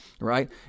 right